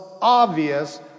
obvious